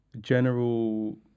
general